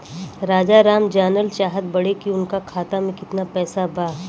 राजाराम जानल चाहत बड़े की उनका खाता में कितना पैसा बा?